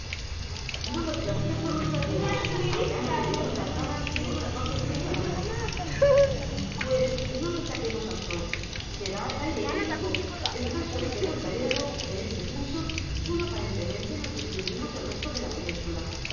no lo dirá usted por nuestra tierra allá no le vemos la cara sino unos cuantos días del año pues no lo achaquemos al sol será el aire ibérico el caso es que los gallegos en ese punto sólo aparentemente nos distinguimos del resto de la península